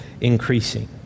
increasing